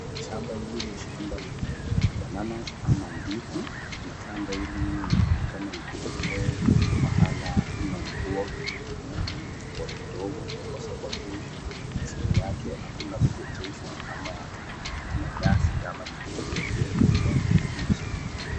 Shamba hili ni shamba la bananas ama ndizi na shamba hili linaoneka iko eneo mahala hakuna mvua ama mvua kidogo kwa sababu chini yake hakuna vegetation ama nyasi ama kitu yoyote ya kibichi.